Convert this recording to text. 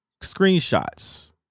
screenshots